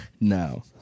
No